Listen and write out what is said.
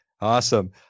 Awesome